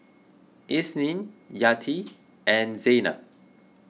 Isnin Yati and Zaynab